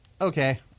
Okay